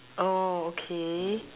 oh okay